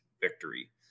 victory